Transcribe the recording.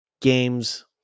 games